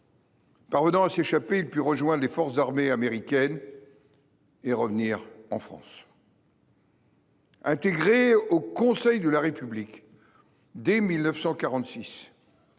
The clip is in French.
Parvenant à s'échapper, il puis rejoint les forces armées américaines. Et revenir. Intégrés au Conseil de la République. Dès 1946.